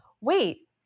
wait